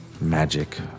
Magic